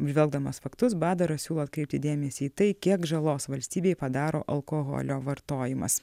apžvelgdamas faktus badaras siūlo atkreipti dėmesį į tai kiek žalos valstybei padaro alkoholio vartojimas